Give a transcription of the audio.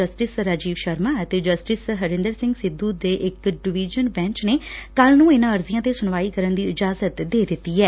justice Rajiv Sharma ਅਤੇ justice Harinder Singh Sidhu ਦੇ ਇਕ ਡੀਵੀਜ਼ਨ ਬੈਚ ਨੇ ਕੱਲੁ ਨੂੰ ਇਨ੍ਹਾਂ ਅਰਜੀਆ ਤੇ ਸੁਣਵਾਈ ਕਰਨ ਦੀ ਇਜ਼ਾਜਤ ਦੇ ਦਿੱਡੀ ਐ